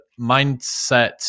mindset